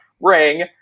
ring